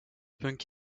punk